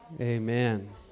amen